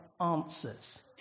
answers